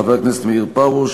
חבר הכנסת מאיר פרוש,